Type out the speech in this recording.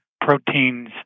proteins